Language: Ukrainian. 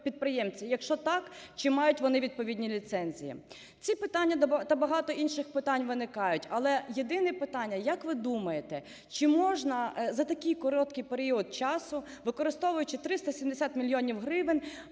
Якщо так, чи мають вони відповідні ліцензії. Ці питання та багато інших питань виникають. Але єдине питання: як ви думаєте, чи можна за такий короткий період часу, використовуючи 370 мільйонів гривень,